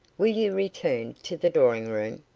will you return to the drawing-room?